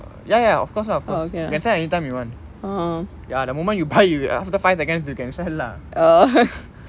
ya ya of course of course you can sell anytime you want ya the moment you buy you after five seconds you can sell ah